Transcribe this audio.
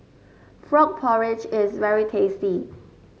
Frog Porridge is very tasty